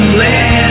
land